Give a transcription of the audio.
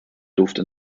durfte